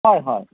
হয় হয়